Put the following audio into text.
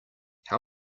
how